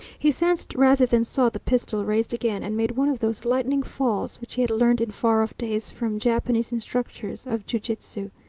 he sensed rather than saw the pistol raised again, and made one of those lightning falls which he had learnt in far-off days from japanese instructors of ju-jitsu.